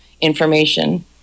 information